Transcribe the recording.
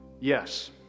yes